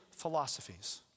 philosophies